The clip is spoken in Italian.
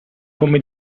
come